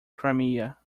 crimea